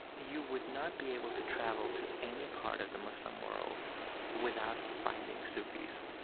you would not be able to travel to any part of the muslim world without finding sufis.